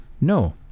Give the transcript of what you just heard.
No